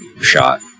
shot